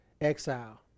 exile